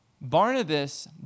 Barnabas